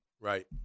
Right